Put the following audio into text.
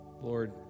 Lord